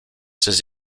ses